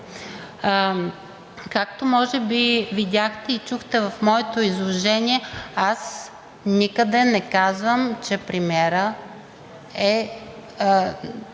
Както може би видяхте и чухте в моето изложение, аз никъде не казвам, че премиерът е